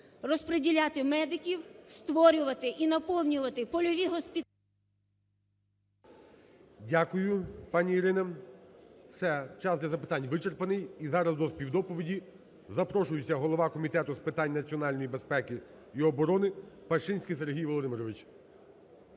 розпреділяти медиків, створювати і наповнювати польові госпіталі… ГОЛОВУЮЧИЙ. Дякую, пані Ірино. Все, час для запитань вичерпаний. І зараз до співдоповіді запрошується голова Комітету з питань національної безпеки і оборони Пашинський Сергій Володимирович.